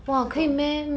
那种